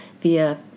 via